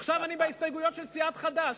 עכשיו אני בהסתייגויות של סיעת חד"ש.